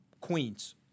Queens